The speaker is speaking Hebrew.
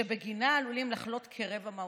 שבגינה עלולים לחלות כרבע מהאוכלוסייה",